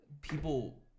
people